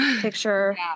picture